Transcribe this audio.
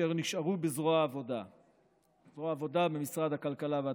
אשר נשארו בזרוע העבודה במשרד הכלכלה והתעשייה.